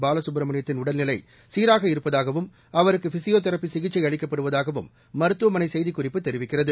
பாலசுப்பிரமணியத்தின் உடல்நிலை சீராக இருப்பதாகவும் அவருக்கு பிஸியோதெரபி சிகிச்சை அளிக்கப்படுவதாகவும் மருத்துவமனை செய்திக் குறிப்பு தெரிவிக்கிறது